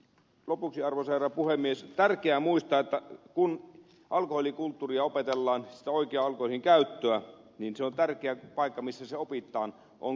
lopuksi arvoisa herra puhemies on tärkeää muistaa että kun alkoholikulttuuria opetellaan sitä oikeaa alkoholin käyttöä niin se tärkeä paikka missä se opitaan on koti